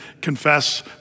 confess